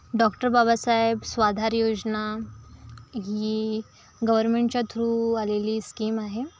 doctor Babasaheb Swadhar योजना ही गर्वमेंटच्या थ्रू आलेली स्कीम आहे